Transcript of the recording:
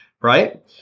Right